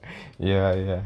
ya ya